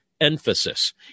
emphasis